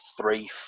three